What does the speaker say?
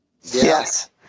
Yes